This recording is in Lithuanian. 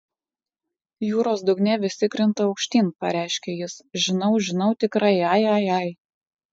jūros dugne visi krinta aukštyn pareiškė jis žinau žinau tikrai ai ai ai